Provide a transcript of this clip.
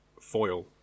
foil